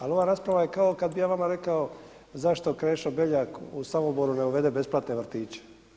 Ali ova rasprava je kao kad bih ja vama rekao zašto Krešo Beljak u Samoboru ne uvede besplatne vrtiće?